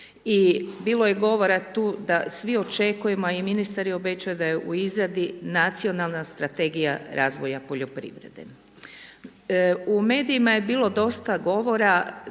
i bilo je govora tu da svi očekujemo a i ministar je obećao da je u izradi Nacionalna strategija razvoja poljoprivrede. U medijima je bilo dosta govora